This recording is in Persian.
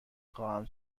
خواهم